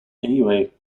anyway